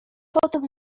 potem